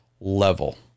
level